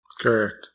Correct